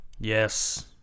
Yes